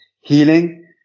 healing